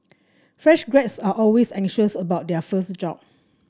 fresh graduates are always anxious about their first job